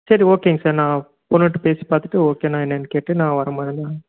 சரி ஓகேங்க சார் நான் பொண்ணுக்கிட்டே பேசி பார்த்துட்டு ஓகேன்னா என்னன்னு கேட்டுட்டு நான் வர மாதிரினா